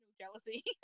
jealousy